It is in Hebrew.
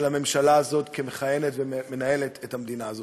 הממשלה הזאת כמכהנת ומנהלת את המדינה הזאת.